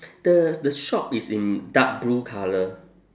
the the shop is in dark blue colour